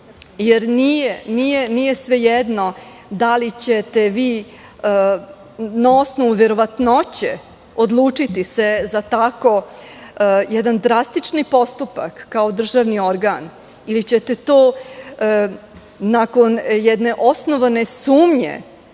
jer nije svejedno da li ćete se vi na osnovu verovatnoće odlučiti za tako jedan drastični postupak kao državni organ ili ćete to nakon jedne osnovane sumnje